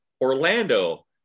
Orlando